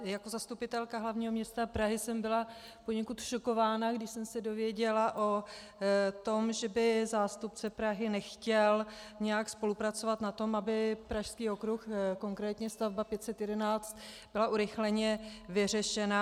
Jako zastupitelka hlavního města Prahy jsem byla poněkud šokována, když jsem se dozvěděla o tom, že by zástupce Prahy nechtěl nějak spolupracovat na tom, aby Pražský okruh konkrétně stavba 511 byla urychleně vyřešena.